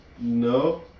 No